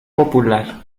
popular